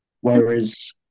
Whereas